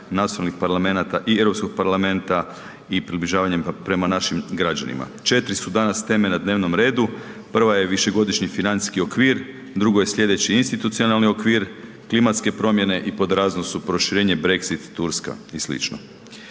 naslovnih parlamenata i Europskog parlamenta i približavanjem prema našim građanima. Četiri su danas teme na dnevnom redu, prva je višegodišnji financijski okvir, drugo je slijedeći institucionalni okvir, klimatske promjene i pod razno su proširenje Brexit, Turska i sl.